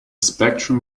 spectrum